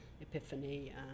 epiphany